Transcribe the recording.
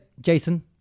Jason